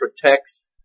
protects